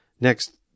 Next